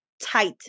tight